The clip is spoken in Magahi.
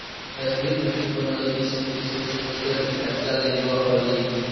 वैश्विक वित्तीय प्रणाली की समिति सोच समझकर ही फैसला लेवअ हई